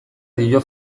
dio